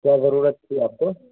کیا ضرورت تھی آپ کو